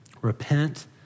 Repent